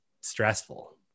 stressful